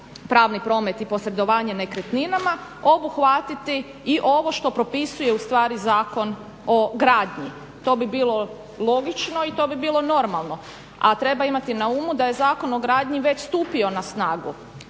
pravni promet i posredovanje nekretninama, obuhvatiti i ovo što propisuje ustvari Zakon o gradnji. To bi bilo logično i to bi bilo normalno, a treba imati na umu da je Zakon o gradnji već stupio na snagu